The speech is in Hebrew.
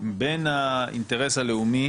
בין האינטרס הלאומי